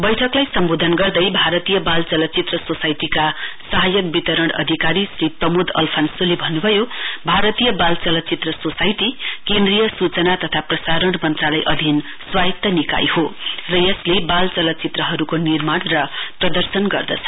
बैठकलाई सम्बोधन गर्दै भारतीय बाल चलचित्र सोसाइटीका सहायक वितरण अधिकारी श्री प्रमोद अल्फान्सोले भन्नुभयो भारतीय बाल चलचित्र सोसाइटी केन्द्रीय सूचना तथा प्रसारण मन्त्रालय अधीन स्वायत्र निकाय हो यसले बाल चलचीत्रहरू निर्माण र प्रदर्शन गर्दछ